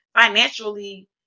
financially